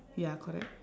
ya correct